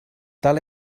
tal